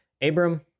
Abram